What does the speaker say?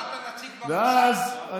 ואז,